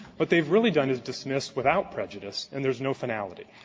but they've really done is dismiss without prejudice and there's no finality.